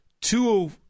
two